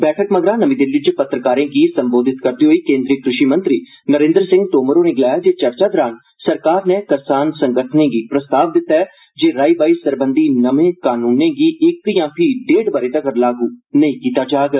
बैठक मगरा नमीं दिल्ली च पत्रकारें गी सम्बोधित करदे होई केन्द्रीय कृषि मंत्री नरेन्द्र सिंह तोमर होरें गलाया जे चर्चा दौरान सरकार नै करसान संगठनें गी प्रस्ताव दिता ऐ जे राई बाई सरबंधी कनूनें दी अमलावरी इक्क यां फीह् डेढ साल तक्कर नेईं कीती जाग